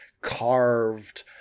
carved